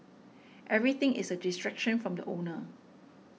everything is a distraction from the owner